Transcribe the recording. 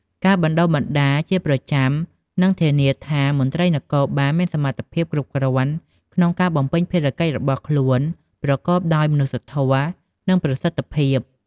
ការបណ្ដុះបណ្ដាលជាប្រចាំនឹងធានាថា មន្ត្រីនគរបាលមានសមត្ថភាពគ្រប់គ្រាន់ក្នុងការបំពេញភារកិច្ចរបស់ខ្លួនប្រកបដោយមនុស្សធម៌ និងប្រសិទ្ធភាព។